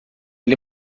ele